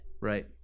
Right